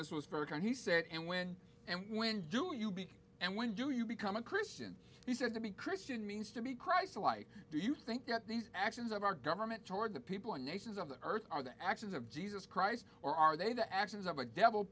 as was virgin he said and when and when do you be and when do you become a christian he said to be christian means to be christ like do you think that these actions of our government toward the people and nations of the earth are the actions of jesus christ or are they the actions of a devil